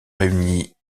réunit